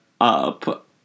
up